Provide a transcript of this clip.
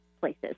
places